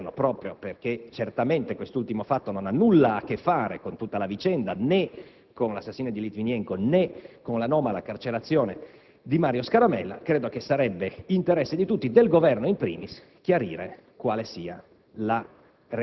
Questo aggiunge un aspetto inquietante che, proprio perché certamente quest'ultimo fatto non ha nulla a che fare con l'intera vicenda, né con l'assassinio di Litvinenko, né con l'anomala carcerazione